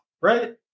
right